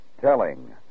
Telling